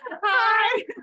hi